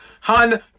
Hun